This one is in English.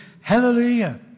hallelujah